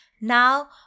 Now